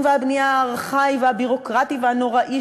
והבנייה הארכאי והביורוקרטי והנוראי,